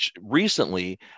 recently